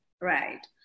Right